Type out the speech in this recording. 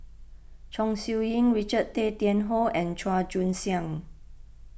Chong Siew Ying Richard Tay Tian Hoe and Chua Joon Siang